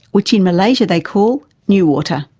which in malaysia they call newater.